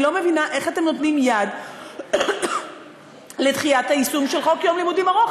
אני לא מבינה איך אתם נותנים יד לדחיית היישום של חוק יום לימודים ארוך.